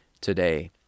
today